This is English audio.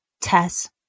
Tess